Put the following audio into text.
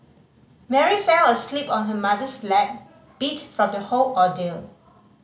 Mary fell asleep on her mother's lap beat from the whole ordeal